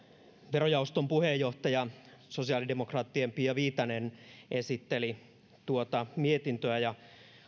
verojaoston puheenjohtaja sosiaalidemokraattien pia viitanen esitteli tuota mietintöä ja